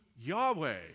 Yahweh